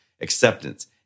acceptance